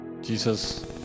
jesus